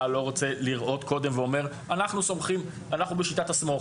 לא רוצה לראות קודם ואומר שאנחנו סומכים - אנחנו בשיטת הסמוך